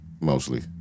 mostly